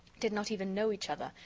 did not even know each other,